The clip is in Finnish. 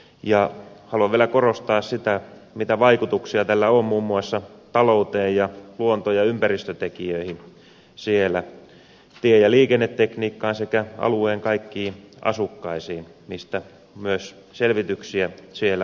haluan vielä korostaa sitä mitä vaikutuksia tällä on muun muassa talouteen ja luonto ja ympäristötekijöihin siellä tie ja liikennetekniikkaan sekä alueen kaikkiin asukkaisiin mistä myös selvityksiä siellä on tehty